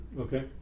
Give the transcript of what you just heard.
Okay